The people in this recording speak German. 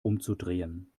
umzudrehen